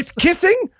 Kissing